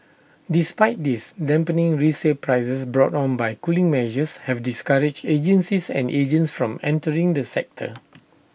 despite this dampening resale prices brought on by cooling measures have discouraged agencies and agents from entering the sector